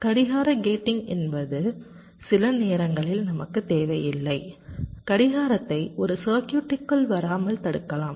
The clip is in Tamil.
கடிகார கேட்டிங் என்பது சில நேரங்களில் நமக்கு தேவையில்லை கடிகாரத்தை ஒரு சர்க்யூட்டுக்குள் வராமல் தடுக்கலாம்